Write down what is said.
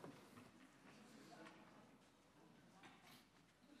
גם לך יש נאום.